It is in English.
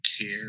care